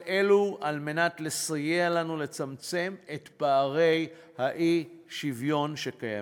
כל אלו נועדו לסייע לנו לצמצם את פערי האי-שוויון שקיימים.